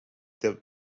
der